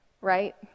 right